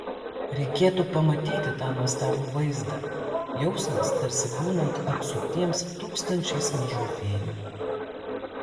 reikėtų pamatyti tą nuostabų vaizdą jausmas tarsi būnant apsuptiems tūkstančiais mažų fėjų